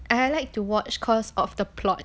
I like to watch cause of the plot